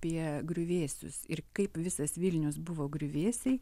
apie griuvėsius ir kaip visas vilnius buvo griuvėsiai